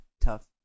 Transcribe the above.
Tough